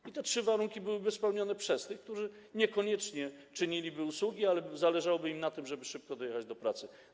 I te trzy warunki byłyby spełnione przez tych, którzy niekoniecznie czyniliby usługi, ale zależałoby im na tym, żeby szybko dojechać do pracy.